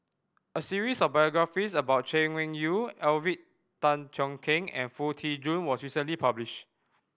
a series of biographies about Chay Weng Yew Alvin Tan Cheong Kheng and Foo Tee Jun was recently published